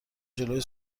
جلوی